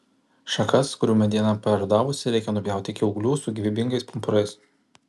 šakas kurių mediena parudavusi reikia nupjauti iki ūglių su gyvybingais pumpurais